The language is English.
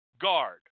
Guard